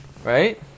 Right